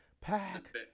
Pack